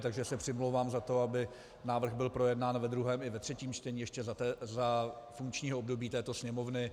Takže se přimlouvám za to, aby návrh byl projednán ve druhém i ve třetím čtení ještě za funkčního období této Sněmovny.